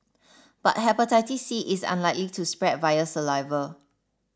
but Hepatitis C is unlikely to spread via saliva